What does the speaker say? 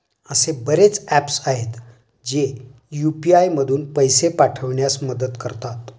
असे बरेच ऍप्स आहेत, जे यू.पी.आय मधून पैसे पाठविण्यास मदत करतात